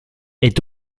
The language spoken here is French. est